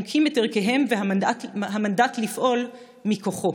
והיונקים את ערכיהם ואת המנדט לפעול מכוחו.